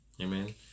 Amen